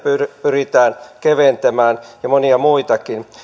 pyritään keventämään ja monia muitakin